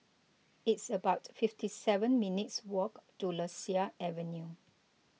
it's about fifty seven minutes' walk to Lasia Avenue